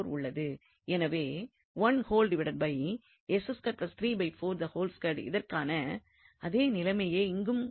எனவே இதற்கான அதே நிலைமையே இங்கும் உள்ளது